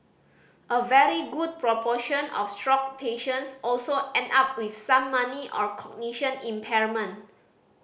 a very good proportion of stroke patients also end up with some money or cognition impairment